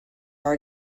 are